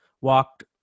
walked